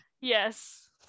Yes